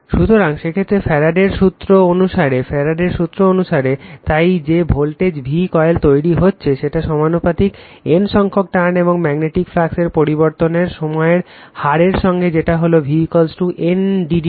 সুতরাং সেক্ষেত্রে ফ্যারাডে এর সূত্র Faradays law অনুসারে ফ্যারাডে এর সূত্র অনুসারে তাই যে ভোল্টেজ v কয়েলে তৈরী হচ্ছে সেটা সমানুপাতিক N সংখক টার্ন এবং ম্যাগনেটিক ফ্লাক্সের পরিবর্তনের সময় হার এর সঙ্গে যেটা হলো v N d d t